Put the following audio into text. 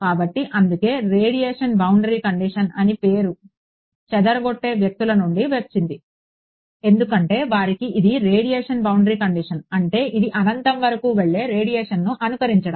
కాబట్టి అందుకే radiation boundary condition అనే పేరు చెదరగొట్టే వ్యక్తుల నుండి వచ్చింది ఎందుకంటే వారికి ఇది రేడియేషన్ బౌండరీ కండిషన్ అంటే ఇది అనంతం వరకు వెళ్లే రేడియేషన్ను అనుకరించడం